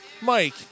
Mike